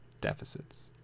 deficits